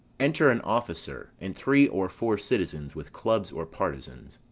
enter an officer, and three or four citizens with clubs or partisans.